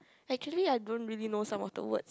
actually I don't really know some of the words